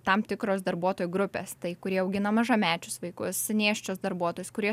tam tikros darbuotojų grupės tai kurie augina mažamečius vaikus nėščios darbuotojos kurie